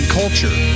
culture